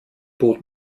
bot